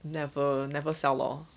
never never sell lor